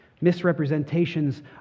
Misrepresentations